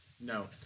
No